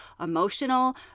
emotional